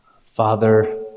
Father